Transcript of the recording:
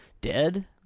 dead